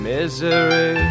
Misery